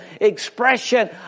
expression